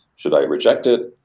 should i reject it?